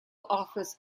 offers